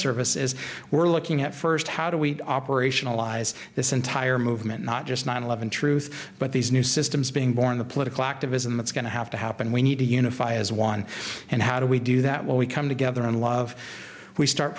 service is we're looking at first how do we operate lies this entire movement not just nine eleven truth but these new systems being born the political activism that's going to have to happen we need to unify as one and how do we do that when we come together in love we start